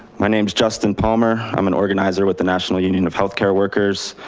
my name's justin palmer, i'm an organizer with the national union of healthcare workers,